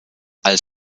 als